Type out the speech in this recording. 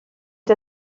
der